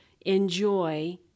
enjoy